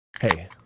Hey